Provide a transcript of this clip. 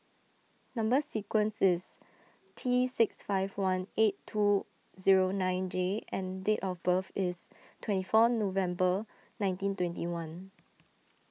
Number Sequence is T six five one eight two zero nine J and date of birth is twenty four November nineteen twenty one